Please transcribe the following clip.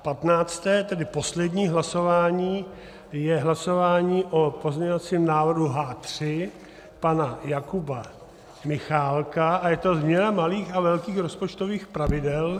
Patnácté, tedy poslední, hlasování je hlasování o pozměňovacím návrhu H3 pana Jakuba Michálka a je to změna malých a velkých rozpočtových pravidel.